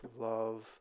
love